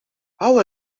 how